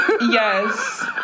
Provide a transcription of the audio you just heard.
Yes